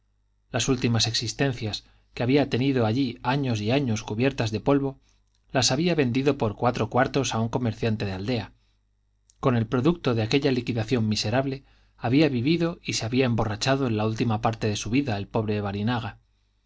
las últimas existencias que había tenido allí años y años cubiertas de polvo las había vendido por cuatro cuartos a un comerciante de aldea con el producto de aquella liquidación miserable había vivido y se había emborrachado en la última parte de su vida el pobre barinaga